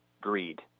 greed